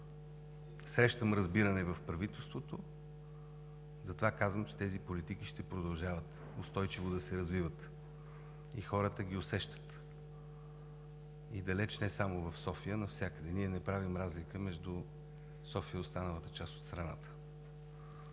Срещам разбиране в правителството и затова казвам, че тези политики ще продължават устойчиво да се развиват, и хората ги усещат – далече не само в София, а навсякъде. Ние не правим разлика между София и останалата част от страната.